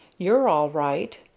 you're all right!